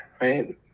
right